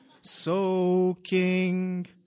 soaking